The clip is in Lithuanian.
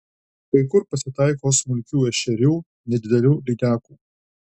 kai kur pasitaiko smulkių ešerių nedidelių lydekų